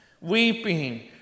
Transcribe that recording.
weeping